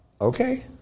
okay